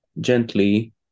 gently